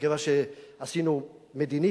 מכיוון שאמרנו "מדיני,